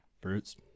Brutes